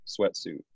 sweatsuit